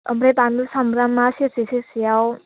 ओमफ्राय बानलु सामब्रामआ सेरसे सेरसेयाव